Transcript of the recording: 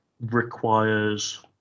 requires